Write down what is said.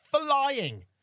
flying